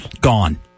gone